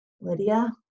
Lydia